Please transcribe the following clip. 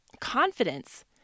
confidence